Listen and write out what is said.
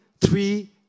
three